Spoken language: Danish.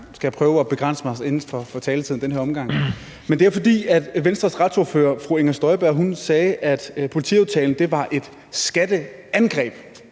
skal prøve at begrænse mig inden for taletiden i denne omgang. Venstres retsordfører, fru Inger Støjberg, sagde, at politiaftalen var et skatteangreb,